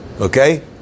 Okay